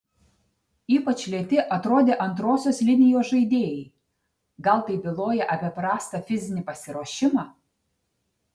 ypač lėti atrodė antrosios linijos žaidėjai gal tai byloja apie prastą fizinį pasiruošimą